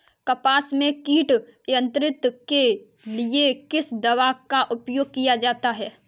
कपास में कीट नियंत्रण के लिए किस दवा का प्रयोग किया जाता है?